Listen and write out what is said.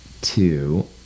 two